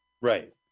right